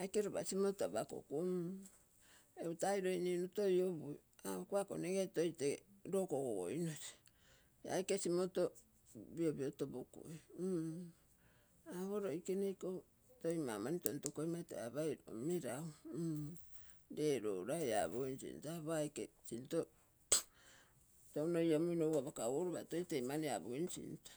aike lopa simoto apakogui egu tai loi ninu toi opui apokuo ako nege toi tee loo kogo goinosi, aike simoto piopio topokui loikene toi mau mani tonto koimai, toi apoi eiko meragu. lee lolai apogi kui taa aike sinto touno iomuinogu apakagurogo lopa tee mani toi apogim sinto